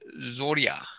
Zoria